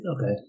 Okay